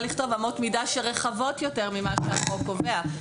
לכתוב אמות מידה שרחבות יותר ממה שהחוק קובע.